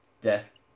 death